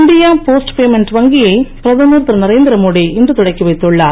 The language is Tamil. இண்டியா போஸ்ட் பேமெண்ட் வங்கியை பிரதமர் திரு நரேந்திரமோடி இன்று தொடக்கி வைத்துள்ளார்